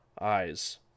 eyes